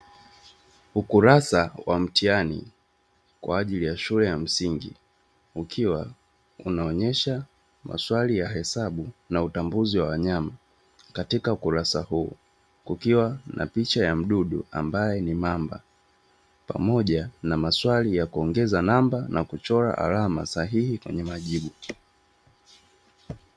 Ukurasa wa mtihani kwa ajili ya shule ya msingi ukiwa unaonyesha maswali ya hesabu na utambuzi wa wanyama, katika ukurasa huu kukiwa na picha ya mdudu ambaye ni mamba pamoja na maswali ya kuongeza namba na kuchora alama sahihi kwenye majibu.